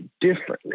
differently